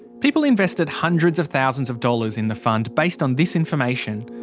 people invested hundreds of thousands of dollars in the fund based on this information.